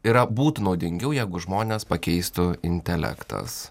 yra būtų naudingiau jeigu žmones pakeistų intelektas